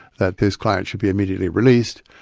that these clients should be immediately released,